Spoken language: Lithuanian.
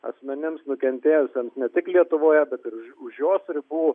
asmenims nukentėjusiems ne tik lietuvoje bet ir už jos ribų